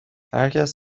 هرکس